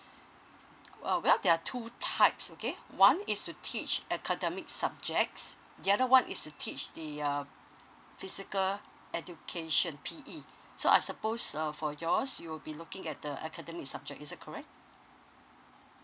uh well there are two types okay one is to teach academic subjects the other one is to teach the uh physical education p e so I suppose uh for yours you'll be looking at the academic subject is that correct